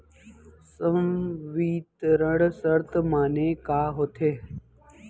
संवितरण शर्त माने का होथे?